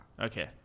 Okay